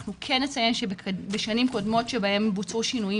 אנחנו כן נציין שבשנים קודמות שבהם בוצעו שינויים